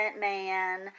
man